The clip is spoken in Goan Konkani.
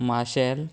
माशेल